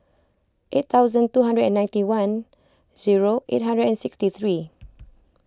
eight thousand two hundred and ninety one zero eight hundred and sixty three